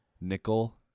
Nickel